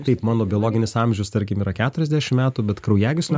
taip mano biologinis amžius tarkim yra keturiasdešimt metų bet kraujagyslių